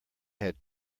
had